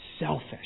selfish